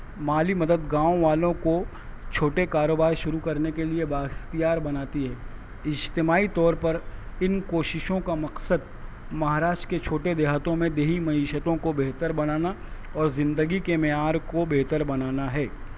مالی مدد گاؤں والوں کو چھوٹے کاروبار شروع کرنے کے لیے بااختیار بناتی ہے اجتماعی طور پر ان کوششوں کا مقصد مہاراشٹر کے چھوٹے دیہاتوں میں دیہی معیشتوں کو بہتر بنانا اور زندگی کے معیار کو بہتر بنانا ہے